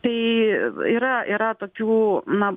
tai yra yra tokių na